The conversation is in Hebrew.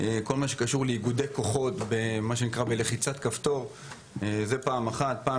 כל מה שקשור לאיגודי כוחות ב"לחיצת כפתור"; והציר